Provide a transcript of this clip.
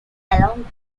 along